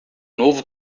novo